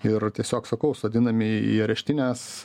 ir tiesiog sakau sodinami į areštines